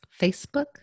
Facebook